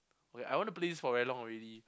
oh yeah I want to play this for very long already